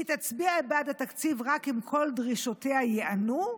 היא תצביע בעד התקציב רק אם כל דרישותיה ייענו,